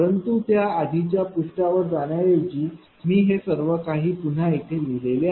परंतु त्या आधीच्या पृष्ठांवर जाण्याऐवजी मी हे सर्वकाही पुन्हा इथे लिहिलेले आहे